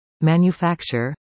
manufacture